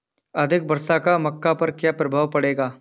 अधिक वर्षा का मक्का पर क्या प्रभाव पड़ेगा?